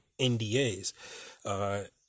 NDAs